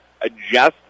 adjust